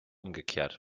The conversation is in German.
umgekehrt